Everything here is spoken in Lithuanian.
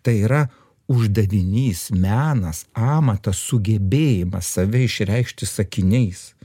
tai yra uždavinys menas amatas sugebėjimas save išreikšti sakiniais